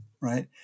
right